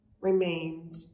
remained